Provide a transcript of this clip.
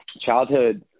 childhood